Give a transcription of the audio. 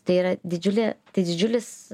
tai yra didžiulė tai didžiulis